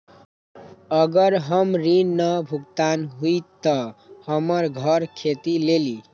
अगर हमर ऋण न भुगतान हुई त हमर घर खेती लेली?